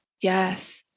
Yes